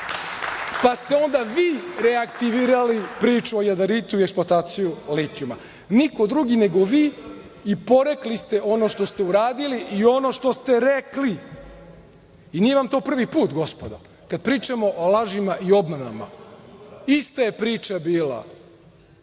pa ste onda vi reaktivirali priču o jadaritu i eksploataciju litijuma, niko drugi nego vi i porekli ste ono što ste uradili i ono što ste rekli i nije vam to prvi put, gospodo, kada pričamo o lažima i obmanama. Ista je priča bila